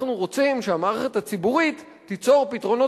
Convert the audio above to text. אנחנו רוצים שהמערכת הציבורית תיצור פתרונות